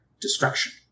destruction